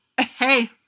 hey